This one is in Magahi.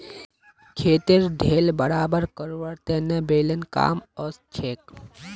खेतेर ढेल बराबर करवार तने बेलन कामत ओसछेक